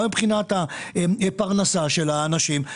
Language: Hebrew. גם מבחינת הפרנסה של האנשים,